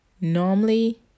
normally